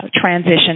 transition